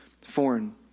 foreign